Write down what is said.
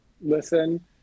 listen